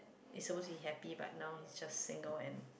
he's supposed to be happy but now he's just single and